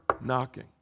knocking